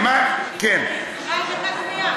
--- דקת דומייה.